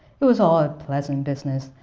it was all a pleasant business.